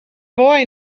boy